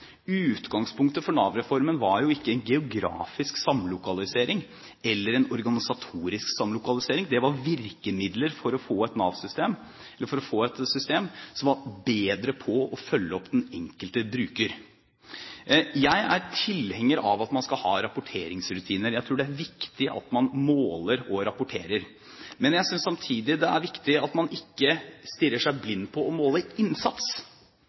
Utgangspunktet for Nav-reformen var jo ikke en geografisk samlokalisering eller en organisatorisk samlokalisering, det var virkemidler for å få et system som var bedre på å følge opp den enkelte bruker. Jeg er tilhenger av at man skal ha rapporteringsrutiner. Jeg tror det er viktig at man måler og rapporterer, men jeg synes samtidig det er viktig at man ikke stirrer seg blind på å måle innsats.